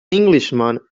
englishman